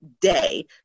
day